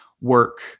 work